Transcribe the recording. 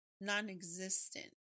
non-existent